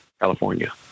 California